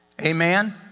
Amen